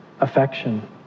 affection